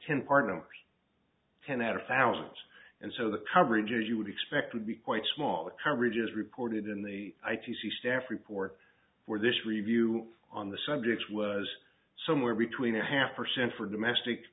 ten partners ten at a fountains and so the coverage as you would expect would be quite small the coverage is reported in the i t c staff report where this review on the subject was somewhere between a half percent for domestic